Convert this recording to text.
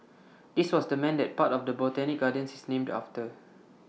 this was the man that part of the Botanic gardens is named after